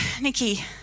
Nikki